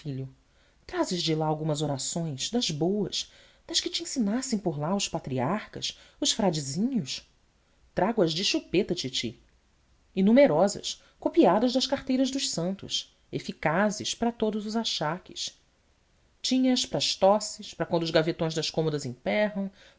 filho trazes de lá algumas orações das boas das que te ensinassem por lá os patriarcas os fradezinhos trago as de chupeta titi e numerosas copiadas das carteiras dos santos eficazes para todos os achaques tinha as para tosses para quando os gavetões das cômodas emperram